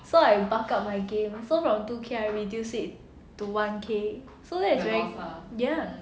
so I buck up my game from from two K I reduce it to one K so that's ya